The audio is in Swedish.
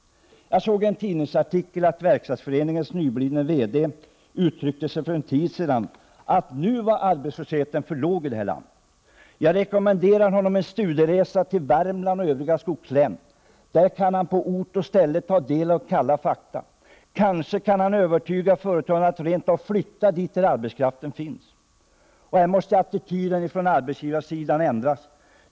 Jag såg för en tid sedan i en tidningsartikel att Verkstadsföreningens nyblivne verkställande direktör uttryckte att arbetslösheten nu är för låg i det här landet. Jag rekommenderar honom en studieresa till Värmland och övriga skogslän. Där kan han på ort och ställe ta del av kalla fakta. Kanske kan han övertyga företagen att rent av flytta dit, där arbetskraften finns. Attityden från arbetsgivarna måste ändras.